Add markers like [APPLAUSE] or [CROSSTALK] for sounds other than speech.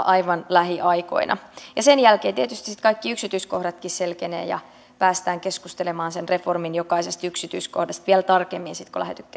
[UNINTELLIGIBLE] aivan lähiaikoina sen jälkeen tietysti kaikki yksityiskohdatkin selkenevät ja pääsemme keskustelemaan sen reformin jokaisesta yksityiskohdasta vielä tarkemmin sitten kun